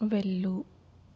వెళ్ళు